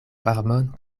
varmon